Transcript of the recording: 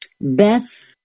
Beth